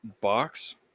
Box